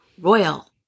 royal